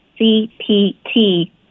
CPT